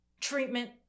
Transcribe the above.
Treatment